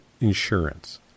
insurance